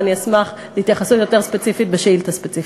ואני אשמח להתייחסות יותר ספציפית בשאילתה ספציפית.